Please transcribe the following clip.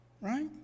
Right